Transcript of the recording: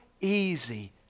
easy